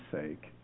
sake